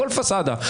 הכול פסדה.